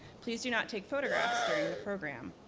please do not take photographs during the program.